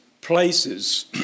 places